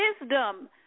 wisdom